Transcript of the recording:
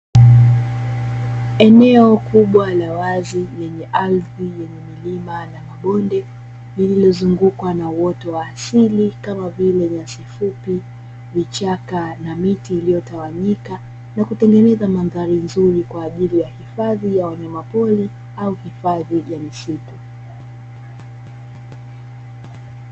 Eneo kubwa la wazi lenye ardhi yenye milima na mabonde, lililozungukwa na uoto wa asili kama vile nyasi fupi, vichaka na miti iliyotawanyika na kutengeneza mandhari nzuri kwa ajili ya hifadhi ya wanyamapori au hifadhi ya misitu.